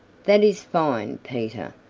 that is fine, peter.